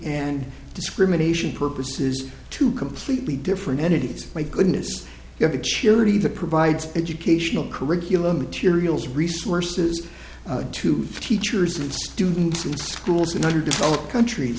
and discrimination purposes two completely different entities my goodness you have a cheery that provides educational curriculum materials resources to teachers and students and schools in other developed countries